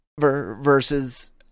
versus